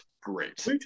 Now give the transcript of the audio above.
great